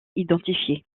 identifié